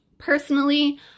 Personally